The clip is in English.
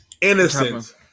innocent